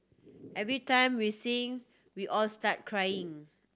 every time we sing we all start crying